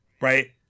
Right